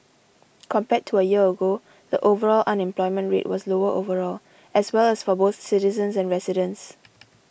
compared to a year ago the overall unemployment rate was lower overall as well as for both citizens and residents